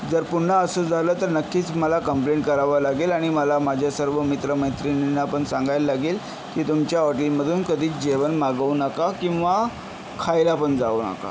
जर पुन्हा असं झालं तर नक्कीच मला कंप्लेण करावं लागेल आणि मला माझ्या सर्व मित्र मैत्रिनींनापण सांगायला लागेल की तुमच्या हॉटेलमधून कधीच जेवण मागवू नका किंवा खायलापण जाऊ नका